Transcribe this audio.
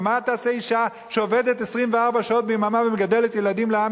ומה תעשה אשה שעובדת 24 שעות ביממה ומגדלת ילדים לעם